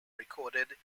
recorded